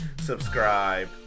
subscribe